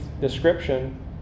description